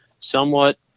somewhat